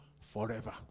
forever